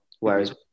Whereas